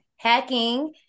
hacking